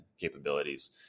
capabilities